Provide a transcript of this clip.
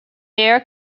air